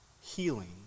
healing